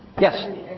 Yes